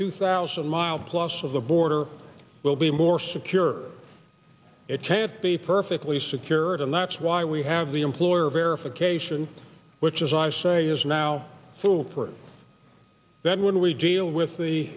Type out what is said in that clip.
two thousand mile plus of the border will be more secure it can't be perfectly secure and that's why we have the employer verification which as i say is now fool proof that when we deal with the